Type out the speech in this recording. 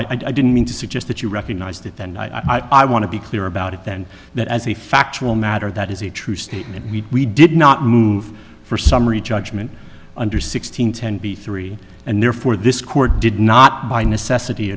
no i didn't mean to suggest that you recognized it then i want to be clear about it then that as a factual matter that is a true statement we did not move for summary judgment under sixteen ten b three and therefore this court did not by necessity